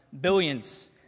Billions